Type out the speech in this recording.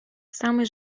самый